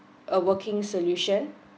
a working solution